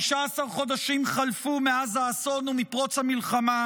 15 חודשים חלפו מאז האסון ומפרוץ המלחמה,